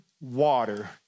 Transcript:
water